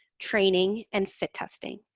training, and fit testing.